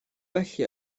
felly